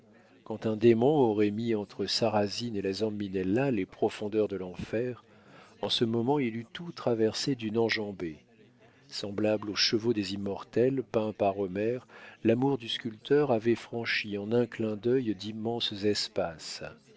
quand un démon aurait mis entre sarrasine et la zambinella les profondeurs de l'enfer en ce moment il eût tout traversé d'une enjambée semblable aux chevaux des immortels peints par homère l'amour du sculpteur avait franchi en un clin d'œil d'immenses espaces